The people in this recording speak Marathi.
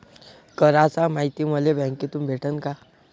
कराच मायती मले बँकेतून भेटन का?